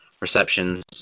receptions